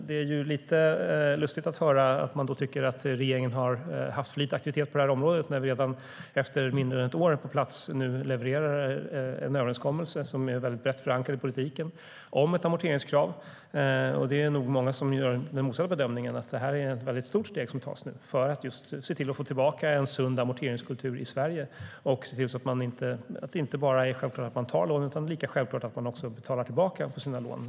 Det är då lustigt att få höra att regeringen har haft för lite aktivitet på det här området när vi redan efter mindre än ett år levererar en överenskommelse som är väldigt brett förankrad i politiken om ett amorteringskrav. Det är nog många som gör bedömningen att detta är ett väldigt stort steg som tas för att se till att få tillbaka en sund amorteringskultur i Sverige. Man ska inte bara ta lån, utan det ska vara lika självklart att man betalar tillbaka på sina lån.